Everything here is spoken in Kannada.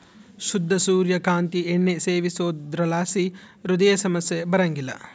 ಶುದ್ಧ ಸೂರ್ಯ ಕಾಂತಿ ಎಣ್ಣೆ ಸೇವಿಸೋದ್ರಲಾಸಿ ಹೃದಯ ಸಮಸ್ಯೆ ಬರಂಗಿಲ್ಲ